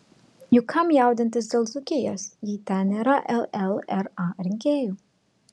juk kam jaudintis dėl dzūkijos jei ten nėra llra rinkėjų